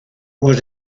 was